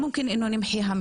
ממש ככה.